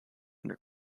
under